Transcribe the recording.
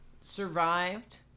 survived